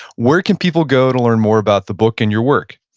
where can people go to learn more about the book and your work?